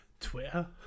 Twitter